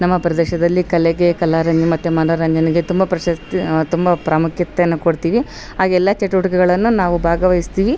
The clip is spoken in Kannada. ನಮ್ಮ ಪ್ರದೇಶದಲ್ಲಿ ಕಲೆಗೆ ಕಲಾ ರಂಗ ಮತ್ತು ಮನೋರಂಜನೆಗೆ ತುಂಬ ಪ್ರಶಸ್ತಿ ತುಂಬ ಪ್ರಾಮುಖ್ಯತ್ತೆನ ಕೊಡ್ತೀವಿ ಹಾಗೆಲ್ಲ ಚಟುವಟಿಕೆಗಳನ್ನು ನಾವು ಭಾಗವಹಿಸ್ತೀವಿ